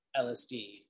lsd